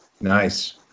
Nice